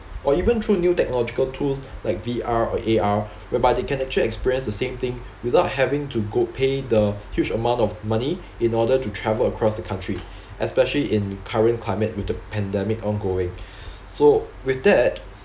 or even through new technological tools like V_R or A_R whereby they can actually experience the same thing without having to go pay the huge amount of money in order to travel across the country especially in current climate with the pandemic ongoing so with that